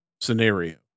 scenario